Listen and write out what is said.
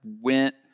went